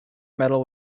medal